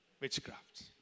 witchcraft